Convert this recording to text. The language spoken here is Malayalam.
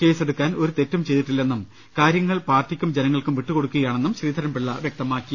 കേസെടുക്കാൻ ഒരു തെറ്റും ചെയ്തിട്ടില്ലെന്നും കാര്യങ്ങൾ പാർട്ടിക്കും ജനങ്ങൾക്കും വിട്ടുകൊടുക്കുക യാണെന്നും ശ്രീധരൻപിള്ള വൃക്തമാക്കി